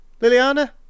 Liliana